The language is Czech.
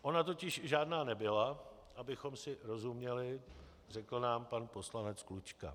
Ona totiž žádná nebyla, abychom si rozuměli, řekl nám pan poslanec Klučka.